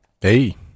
Hey